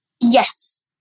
Yes